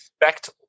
expect